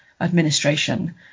administration